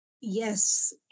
Yes